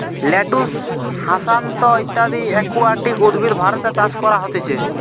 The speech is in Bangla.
লেটুস, হ্যাসান্থ ইত্যদি একুয়াটিক উদ্ভিদ ভারতে চাষ করা হতিছে